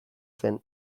zen